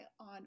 on